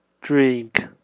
drink